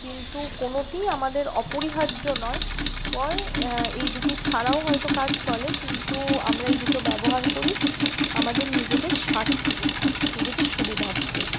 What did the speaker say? কিন্তু কোনোটিই আমাদের অপরিহার্য নয় এই দুটি ছাড়াও হয়তো কাজ চলে কিন্তু আমরা এই দুটো ব্যবহার করি আমাদের নিজেদের স্বার্থে নিজেদের সুবিধার্থে